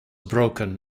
broken